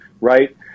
right